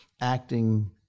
acting